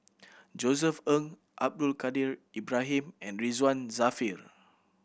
Josef Ng Abdul Kadir Ibrahim and Ridzwan Dzafir